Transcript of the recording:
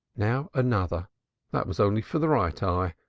now, another that was only for the right eye,